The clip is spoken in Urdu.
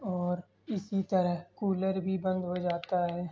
اور اسی طرح کولر بھی بند ہو جاتا ہے